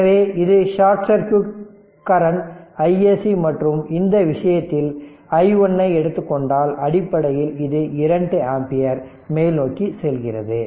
எனவே இது short circuit current iSC மற்றும் இந்த விஷயத்தில் i1 ஐ எடுத்துக்கொண்டால் அடிப்படையில் இது 2 ஆம்பியர் மேல் நோக்கி செல்கிறது